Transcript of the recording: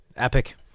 Epic